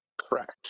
Correct